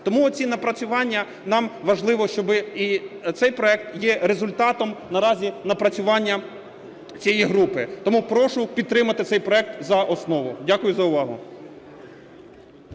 Тому ці напрацювання нам важливі, і цей проект є результатом наразі напрацювання цієї групи. Тому прошу підтримати цей проект за основу. Дякую за увагу.